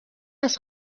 است